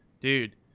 dude